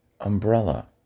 umbrella